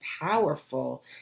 powerful